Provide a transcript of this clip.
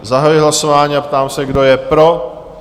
Zahajuji hlasování a ptám se, kdo je pro?